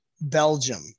Belgium